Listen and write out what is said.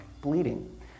bleeding